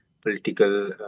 political